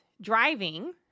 driving